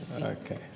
Okay